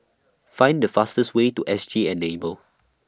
Find The fastest Way to S G Enable